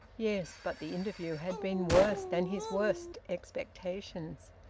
yes, but the interview had been worse than his worst expectations.